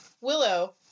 Willow